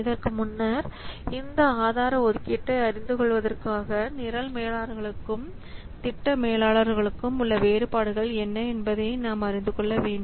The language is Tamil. இதற்கு முன்னர் இந்த ஆதார ஒதுக்கீட்டை அறிந்து கொள்வதற்காக நிரல் மேலாளர்களுக்கும் திட்ட மேலாளர்களுக்கும் உள்ள வேறுபாடுகள் என்ன என்பதை நாம் அறிந்து கொள்ள வேண்டும்